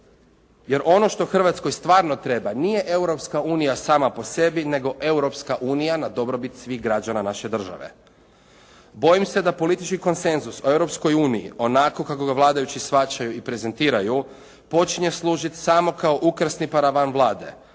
jer ono što Hrvatskoj stvarno treba nije Europska unija sama po sebi, nego Europska unija na dobrobit svih građana naše države. Bojim se da politički konsenzus u Europskoj uniji onako kako ga vladajući shvaćaju i prezentiraju počinje služiti samo kao ukrasni paravan Vlade